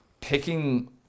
Picking